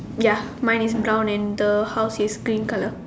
ya mine is brown and the house is green colour